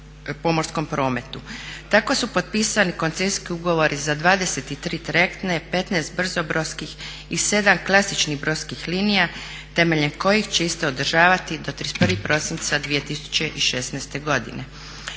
Tako su potpisani koncesijski ugovori za 23 trajektne, 15 brzobrodskih i 7 klasičnih brodskih linija temeljem kojih će iste održavati do 31. prosinca 2016. godine.